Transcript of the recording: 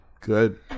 Good